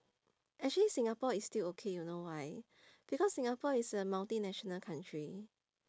actually singapore is still okay you know why because singapore is a multinational country